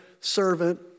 servant